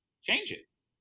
changes